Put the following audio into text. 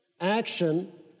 Action